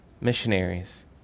missionaries